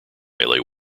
malay